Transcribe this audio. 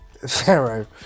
Pharaoh